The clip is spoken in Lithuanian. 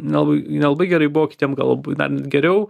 nelabai nelabai gerai buvo kitiem galbūt dar net geriau